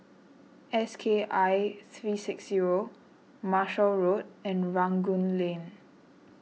S K I three six zero Marshall Road and Rangoon Lane